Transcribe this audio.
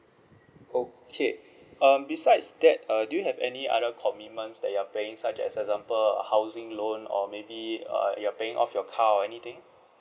okay um besides that uh do you have any other commitments that you are paying such as example a housing loan or maybe err you're paying off your car or anything